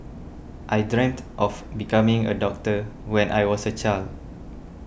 I dreamt of becoming a doctor when I was a child